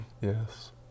Yes